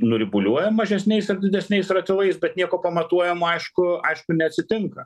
nuribuliuoja mažesniais ar didesniais ratilais bet nieko pamatuojama aišku aišku neatsitinka